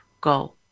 go